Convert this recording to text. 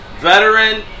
veteran